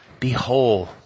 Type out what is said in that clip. Behold